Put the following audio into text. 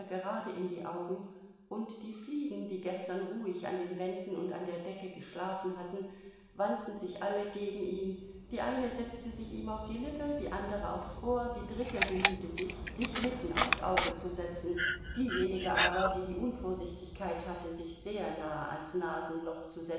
gerade in die augen und die fliegen die gestern ruhig an den wänden und an der decke geschlafen hatten wandten sich alle gegen ihn die eine setzte sich ihm auf die lippe die andere aufs ohr die dritte bemühte sich sich mitten aufs auge zu setzen diejenige aber die die unvorsichtigkeit hatte sich sehr nahe ans nasenloch